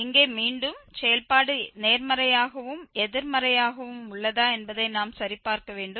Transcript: இங்கே மீண்டும் செயல்பாடு நேர்மறையாகவும் எதிர்மறையாகவும் உள்ளதா என்பதை நாம் சரிபார்க்க வேண்டும்